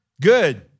good